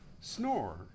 snore